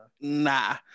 Nah